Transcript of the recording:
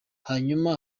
hanyuma